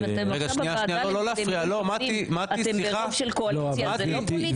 אם עכשיו בוועדה לבחירת שופטים אתם ברוב של קואליציה זה לא פוליטי?